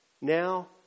Now